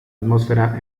atmósfera